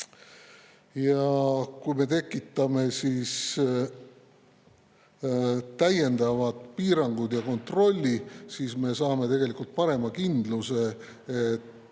Kui me tekitame täiendavad piirangud ja kontrolli, siis me saame parema kindluse, et